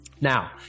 Now